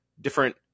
different